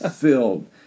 filled